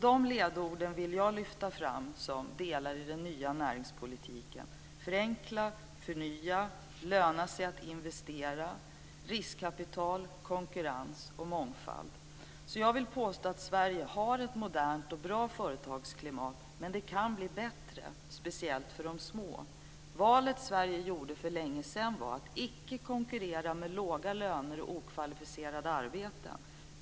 Dessa punkter vill jag lyfta fram som delar i den nya näringspolitiken, nämligen förenkla, förnya, det ska löna sig att investera, riskkapital, konkurrens och mångfald. Jag vill påstå att Sverige har ett modernt och bra företagsklimat, men det kan bli bättre, speciellt för de små företagen. Valet Sverige gjorde för länge sedan var att icke konkurrera med låga löner och okvalificerade arbeten.